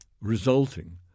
resulting